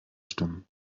stimmen